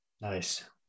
nice